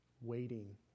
Waiting